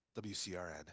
wcrn